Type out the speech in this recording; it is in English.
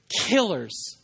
killers